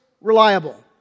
reliable